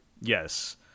Yes